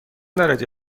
درجه